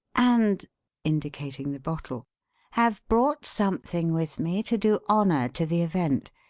and indicating the bottle have brought something with me to do honour to the event.